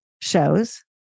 shows